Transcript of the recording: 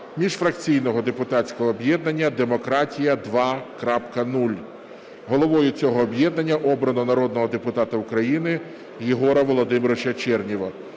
міжфракційного депутатського об'єднання "Демократія 2.0". Головою цього об'єднання обрано народного депутата України Єгора Володимировича Чернєва.